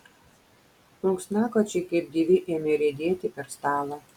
plunksnakočiai kaip gyvi ėmė riedėti per stalą